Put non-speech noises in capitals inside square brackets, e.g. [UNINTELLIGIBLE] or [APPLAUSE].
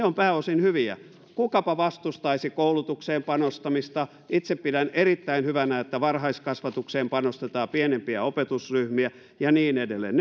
[UNINTELLIGIBLE] ovat pääosin hyviä kukapa vastustaisi koulutukseen panostamista itse pidän erittäin hyvänä että varhaiskasvatukseen panostetaan pienempiä opetusryhmiä ja niin edelleen [UNINTELLIGIBLE]